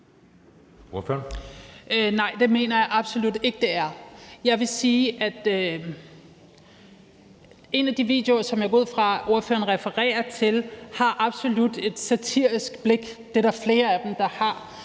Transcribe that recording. Nej, det mener jeg absolut ikke det er. Jeg vil sige, at en af de videoer, som jeg går ud fra ordføreren refererer til, absolut har et kritisk blik. Det er der flere af dem der har.